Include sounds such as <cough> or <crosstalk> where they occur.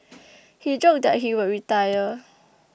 <noise> he joked that he would retire